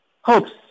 Hopes